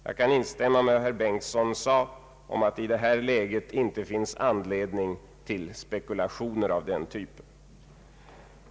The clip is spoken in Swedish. Jag kan instämma i vad herr Bengtson sade om att det i detta läge inte finns anledning till spekulationer av den typen.